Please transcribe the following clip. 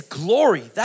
glory